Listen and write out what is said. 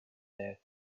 there